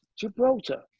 Gibraltar